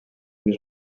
bir